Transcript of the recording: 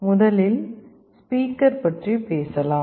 முதலில் ஸ்பீக்கர் பற்றி பேசலாம்